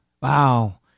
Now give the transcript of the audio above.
Wow